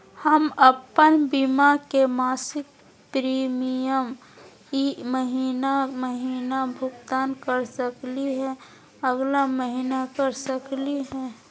हम अप्पन बीमा के मासिक प्रीमियम ई महीना महिना भुगतान कर सकली हे, अगला महीना कर सकली हई?